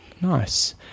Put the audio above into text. Nice